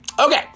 Okay